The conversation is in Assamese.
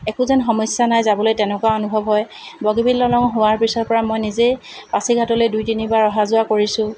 একো যেন সমস্যা নাই যাবলৈ তেনেকুৱা অনুভৱ হয় বগীবিল দলং হোৱাৰ পিছৰ পৰা মই নিজেই পাচিঘাতলৈ দুই তিনিবাৰ অহা যোৱা কৰিছোঁ